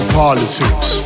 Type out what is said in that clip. politics